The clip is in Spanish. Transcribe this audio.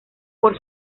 por